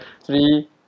three